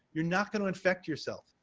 you're not going to infect yourself.